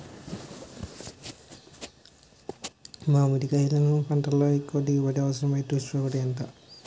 మామిడికాయలును పంటలో ఎక్కువ దిగుబడికి అవసరమైన ఉష్ణోగ్రత ఎంత?